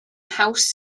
haws